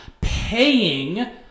paying